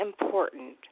important